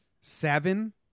Seven